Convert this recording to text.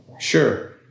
Sure